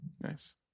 Nice